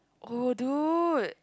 oh dude